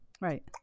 Right